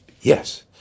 yes